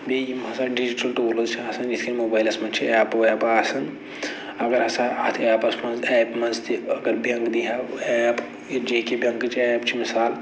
بیٚیہِ یِم ہسا ڈِجِٹَل ٹوٗلٕز چھِ آسان یِتھ کٔنۍ موبایِلَس منٛز چھِ ایپہٕ ویپہٕ آسان اَگر ہسا اَتھ اٮ۪پَس منٛز ایپہِ منٛز تہِ اَگر بیٚنک دِی ہہ ایپ یا جے کے بیٚنکٕچ ایپ چھِ مِثال